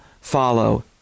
follow